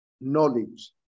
knowledge